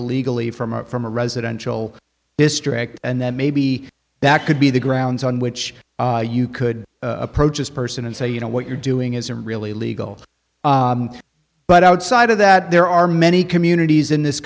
illegally from or from a residential district and then maybe that could be the grounds on which you could approach as person and say you know what you're doing isn't really legal but outside of that there are many communities in this